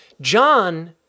John